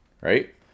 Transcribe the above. Right